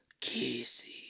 Casey